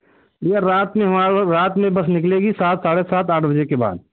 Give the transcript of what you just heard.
भैया रात में हमारी भर रात में बस निकलेगी सात साढ़े सात आठ बजे के बाद